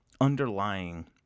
underlying